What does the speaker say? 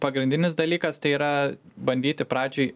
pagrindinis dalykas tai yra bandyti pradžioj